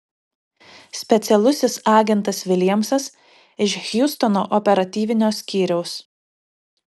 specialusis agentas viljamsas iš hjustono operatyvinio skyriaus